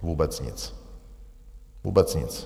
Vůbec nic, vůbec nic!